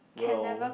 will